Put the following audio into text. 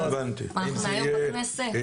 מה אנחנו מהיום בכנסת,